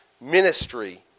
ministry